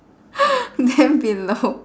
then below